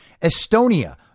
Estonia